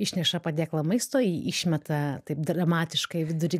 išneša padėklą maisto jį išmeta taip dramatiškai vidury